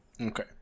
Okay